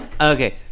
Okay